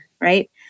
right